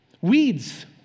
Weeds